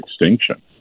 extinction